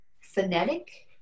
phonetic